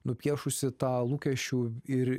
nupiešusi tą lūkesčių ir